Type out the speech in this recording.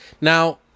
Now